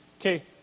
Okay